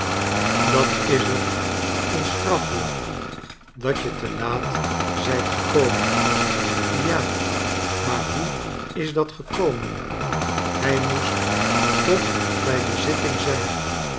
dat is er een straf voor dat je te laat zijt gekomen ja maar hoe is dat gekomen hij moest toch bij de zitting zijn